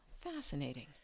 Fascinating